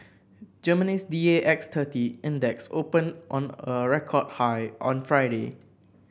Germany's D A X thirty Index opened on a record high on Friday